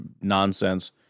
nonsense